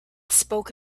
spoke